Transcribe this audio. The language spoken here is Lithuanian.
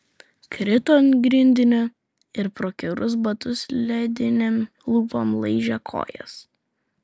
krito ant grindinio ir pro kiaurus batus ledinėm lūpom laižė kojas